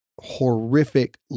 horrific